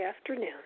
afternoon